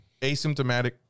Asymptomatic